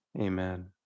Amen